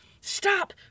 Stop